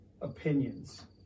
Opinions